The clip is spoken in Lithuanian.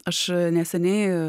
aš neseniai